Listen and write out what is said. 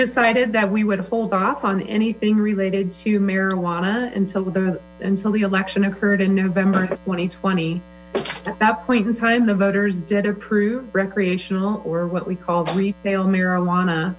decided that we would hold off on anything related to marijuana until until the election occurred in november twenty twenty at that point in time the voters did approve recreational or what we call retail marijuana